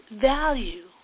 value